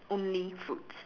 only fruits